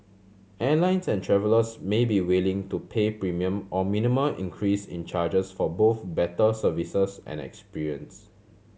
airlines and travellers may be willing to pay premium or minimum increase in charges for both better services and experience